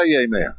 amen